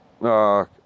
no